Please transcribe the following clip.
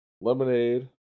lemonade